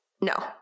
no